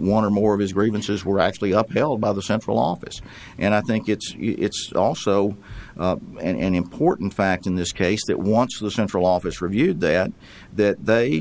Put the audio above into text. one or more of his grievances were actually up held by the central office and i think it's it's also an important fact in this case that once the central office reviewed that that he